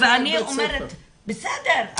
בסדר,